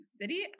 city